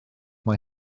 mae